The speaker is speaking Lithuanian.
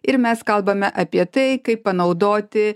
ir mes kalbame apie tai kaip panaudoti